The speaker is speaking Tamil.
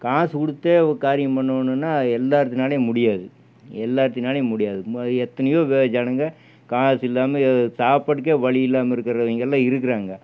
காசு கொடுத்தே காரியம் பண்ணிணோணுன்னா அது எல்லாேருத்துனாலையும் முடியாது எல்லாேருத்தினாலையும் முடியாது இது மாதிரி எத்தனையோ ஜனங்கள் காசுயில்லாமல் சாப்பாட்டுக்கே வழியில்லாமல் இருக்கிறவைங்கெல்லாம் இருக்கிறாங்க